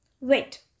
Wait